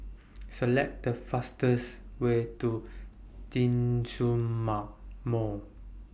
Select The fastest Way to Djitsun Mar Mall